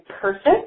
perfect